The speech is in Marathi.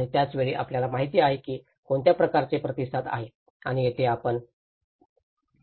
आणि त्याच वेळी आपल्याला माहिती आहे की कोणत्या प्रकारचे प्रतिसाद आहे आणि येथे आपण